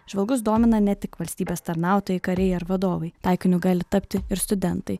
žvalgus domina ne tik valstybės tarnautojai kariai ar vadovai taikiniu gali tapti ir studentai